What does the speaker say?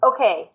Okay